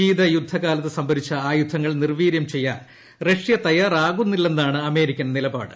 ശീതയുദ്ധ കാലത്ത് സംഭരിച്ച ആയുധങ്ങൾ നിർവ്വീരൂർചെയ്യാൻ റഷ്യ തയ്യാറാകുന്നില്ലെന്നാണ് അമേരിക്കൻ ന്റില്പാട്